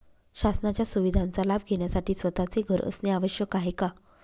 शासनाच्या सुविधांचा लाभ घेण्यासाठी स्वतःचे घर असणे आवश्यक आहे का?